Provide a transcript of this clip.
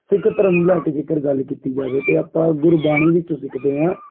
ਸਿੱਖ ਧਰਮ ਨੂੰ ਲੈ ਕੇ ਜੇਕਰ ਗੱਲ ਕੀਤੀ ਜਾਵੇ ਤਾਂ ਆਪਾਂ ਗੁਰਬਾਣੀ ਵਿੱਚੋਂ ਸਿੱਖਦੇ ਹਾਂ